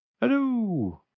Hello